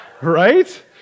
Right